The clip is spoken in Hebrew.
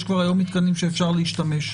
יש כבר היום מתקנים שאפשר להשתמש בהם.